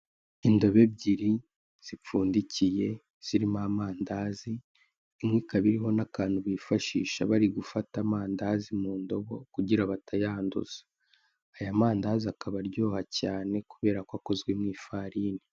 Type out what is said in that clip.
Indobo ebyiri zipfundikiye zirimo amandazi, imwe ikaba iriho n'akantu bifashisha bari gufata amandazi mu ndobo kugira batayanduza. Aya mandazi akaba aryoha cyane, kubera ko akozwe mu ifarini.